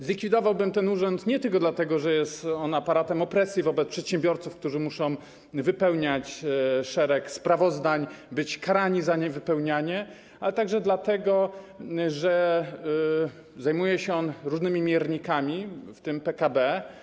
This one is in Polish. Zlikwidowałbym ten urząd nie tylko dlatego, że jest on aparatem opresji wobec przedsiębiorców, którzy muszą wypełniać szereg sprawozdań, a za ich niewypełnianie są karani, ale także dlatego, że zajmuje się on różnymi miernikami, w tym PKB.